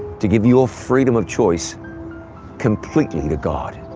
to give your freedom of choice completely to god.